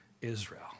Israel